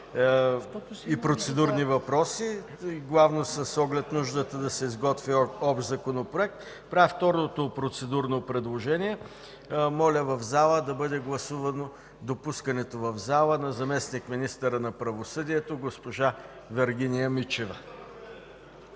и процедурни въпроси и главно с необходимостта да се изготви общ законопроект. Второто процедурно предложение е да бъде гласувано допускането в залата на заместник-министъра на правосъдието госпожа Вергиния Мичева.